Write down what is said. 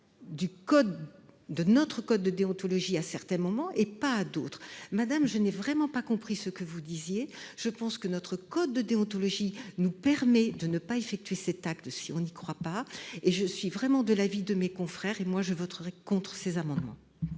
de notre code de déontologie à certains moments et pas à d'autres. Madame la ministre, je n'ai vraiment pas compris ce que vous disiez. Je pense que notre code de déontologie nous permet de ne pas effectuer cet acte si on y est opposé. Je suis vraiment de l'avis de mes confrères et je voterai contre cet amendement.